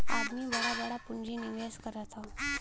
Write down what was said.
आदमी बड़ा बड़ा पुँजी निवेस करत हौ